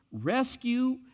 Rescue